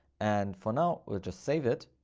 and for now, we'll just save it.